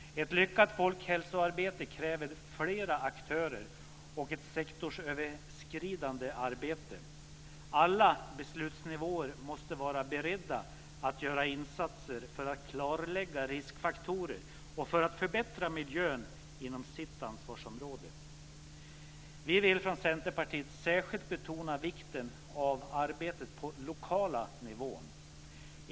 Ett lyckat folkhälsoarbete kräver flera aktörer och ett sektorsöverskridande arbete. Alla beslutsnivåer måste vara beredda att göra insatser för att klarlägga riskfaktorer och för att förbättra miljön inom sitt ansvarsområde. Vi vill från Centerpartiet särskilt betona vikten av arbetet på den lokala nivån.